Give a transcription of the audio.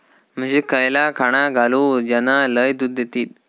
म्हशीक खयला खाणा घालू ज्याना लय दूध देतीत?